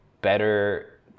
better